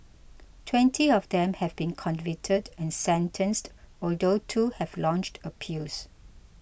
twenty of them have been convicted and sentenced although two have launched appeals